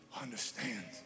understands